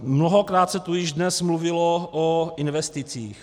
Mnohokrát se tu již dnes mluvilo o investicích.